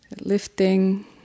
lifting